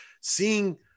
seeing